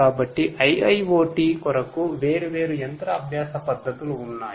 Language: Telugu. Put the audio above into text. కాబట్టి IIoT కొరకు వేర్వేరు యంత్ర అభ్యాస పద్ధతులు ఉన్నాయి